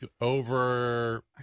over